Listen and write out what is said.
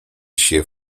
się